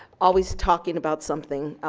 always talking about something.